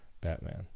Batman